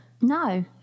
No